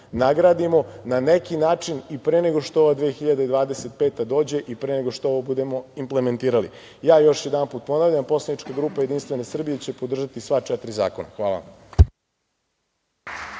nagradimo na neki način, i pre nego što ova 2025. godina dođe i pre nego što ovo budemo implementirali. Još jednom ponavljam, poslanička grupa Jedinstvene Srbije će podržati sva četiri zakona. Hvala.